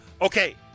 okay